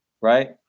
right